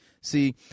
See